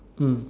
mm